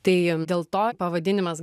tai dėl to pavadinimas